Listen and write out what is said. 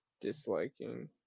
disliking